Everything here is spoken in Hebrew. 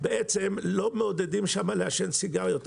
בעצם לא מעודדים שם לעשן סיגריות,